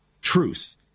truth